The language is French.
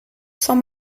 sans